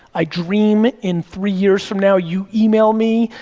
i dream in three years from now, you email me,